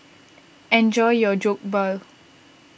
enjoy your Jokbal